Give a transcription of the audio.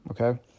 Okay